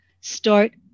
Start